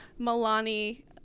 milani